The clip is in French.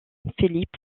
philippe